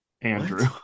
Andrew